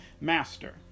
Master